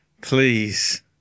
Please